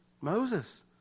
Moses